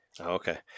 Okay